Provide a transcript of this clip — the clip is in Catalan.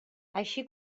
així